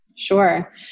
Sure